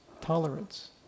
tolerance